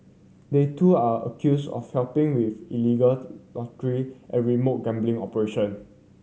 they too are accused of helping with illegal lottery and remote gambling operation